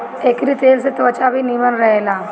एकरी तेल से त्वचा भी निमन रहेला